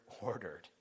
ordered